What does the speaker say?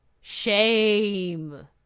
shame